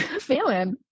feeling